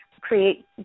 create